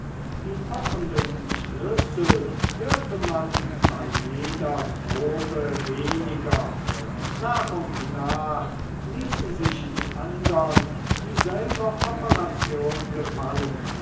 die pochenden schlüssel hörte man bei jeder probe weniger nach und nach ließen sich die andern dieselbe operation gefallen